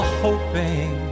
hoping